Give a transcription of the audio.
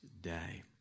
day